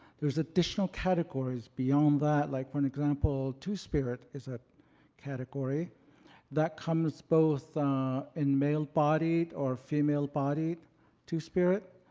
there's additional categories beyond that, like for an example, two-spirit is a category that comes both in male bodied or female bodied two-spirit.